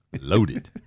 Loaded